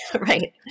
right